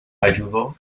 ayudó